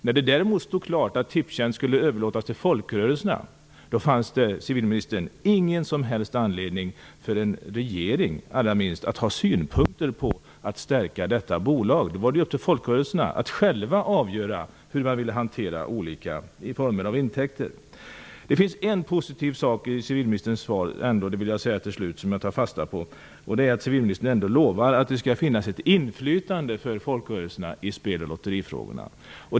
När det däremot stod klart att Tipstjänst skulle överlåtas till folkrörelserna fanns det, civilministern, ingen som helst anledning, allra minst för en regering, att ha synpunkter på att detta bolag skulle stärkas, utan då var det folkrörelsernas sak att själva avgöra hur man ville hantera olika former av intäkter. Det finns en positiv sak i civilministerns svar som jag tar fasta på, och det är att civilministern ändå lovar att det skall finnas inflytande för folkrörelserna i spel och lotterifrågorna.